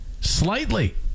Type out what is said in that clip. slightly